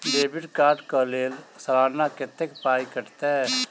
Debit card कऽ लेल सलाना कत्तेक पाई कटतै?